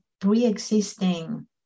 pre-existing